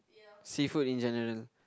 seafood in general